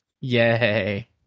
Yay